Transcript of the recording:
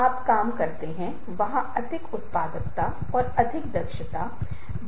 आप पाते हैं कि अम्बिगुइटी जो अपने दर्शकों के साथ नहीं होनी चाहिए